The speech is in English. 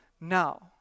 now